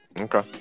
Okay